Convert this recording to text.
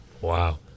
wow